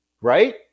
right